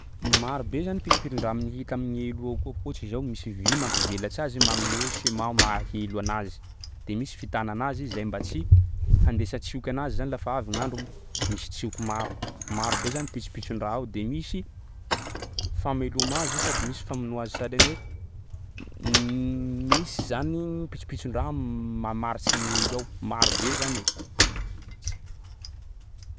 Marobe pitsopitson-draha m- hita amin'ny elo io akao ohatsy zao misy vy mampivelatsy azy magnome schéma maha-elo anazy de misy fitana anazy zay mba tsy handesan-tsioky anazy zany lafa avy gn'andro misy tsioky maro. Marobe zany pitsopitson-draha ao de misy fameloma azy ao sady famonoa azy sahalan'ny hoe misy zany pitsopitson-draha mamaritsy ny elo ao, marobe zany e.